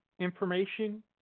information